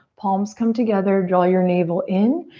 palms come together, draw your navel in.